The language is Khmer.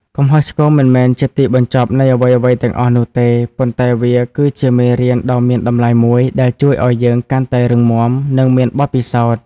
កំហុសឆ្គងមិនមែនជាទីបញ្ចប់នៃអ្វីៗទាំងអស់នោះទេ ប៉ុន្តែវាគឺជាមេរៀនដ៏មានតម្លៃមួយដែលជួយឱ្យយើងកាន់តែរឹងមាំ និងមានបទពិសោធន៍។